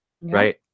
right